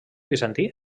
bizantí